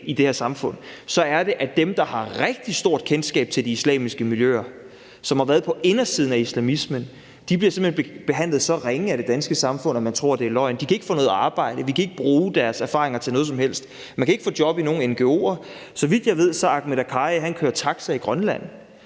i det her samfund, er det, at dem, der har rigtig stort kendskab til de islamiske miljøer, og som har været på indersiden af islamismen, simpelt hen bliver behandlet så ringe af det danske samfund, at man tror, det er løgn. De kan ikke få noget arbejde. Vi kan ikke bruge deres erfaringer til noget som helst. Man kan ikke få job i nogen ngo'er. Så vidt jeg ved, kører Ahmed Akkari taxa i Grønland.